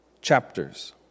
Chapters